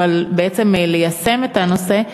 אבל ליישם את הנושא,